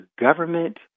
government